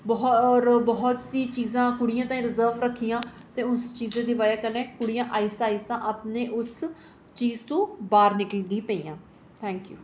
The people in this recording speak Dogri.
बोह् होर बोह्त सी चीज़ां कुड़ियें ताहीं रिजर्व रक्खियां ते उस चीज़ै दी बजह कन्नै कुड़ियां आहिस्ता आहिस्ता अपनी उस चीज़ तू बाहर निकल दियां पेइयां थैंक यू